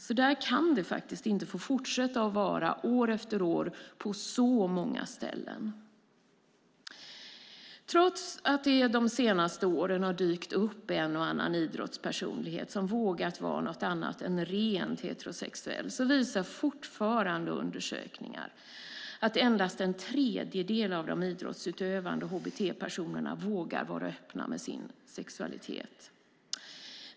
Så kan det inte få fortsätta att vara år efter år på så många ställen. Trots att det under de senaste åren har dykt upp en och annan idrottspersonlighet som har vågat vara något annat än rent heterosexuell visar fortfarande undersökningar att endast en tredjedel av de idrottsutövande hbt-personerna vågar vara öppna med sin sexualitet.